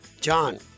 John